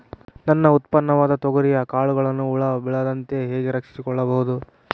ನನ್ನ ಉತ್ಪನ್ನವಾದ ತೊಗರಿಯ ಕಾಳುಗಳನ್ನು ಹುಳ ಬೇಳದಂತೆ ಹೇಗೆ ರಕ್ಷಿಸಿಕೊಳ್ಳಬಹುದು?